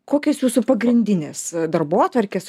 kokios jūsų pagrindinės darbotvarkės